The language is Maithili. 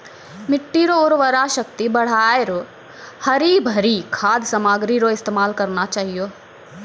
मिट्टी रो उर्वरा शक्ति बढ़ाएं रो हरी भरी खाद सामग्री रो इस्तेमाल करना चाहियो